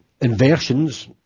Inversions